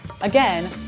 Again